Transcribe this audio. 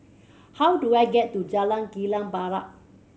how do I get to Jalan Kilang Barat